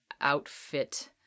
outfit